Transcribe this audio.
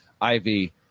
Ivy